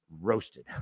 roasted